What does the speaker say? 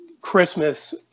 Christmas